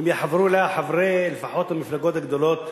אם יחברו אליה לפחות המפלגות הגדולות,